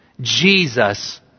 Jesus